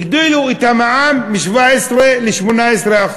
הגדילו את המע"מ מ-17% ל-18%.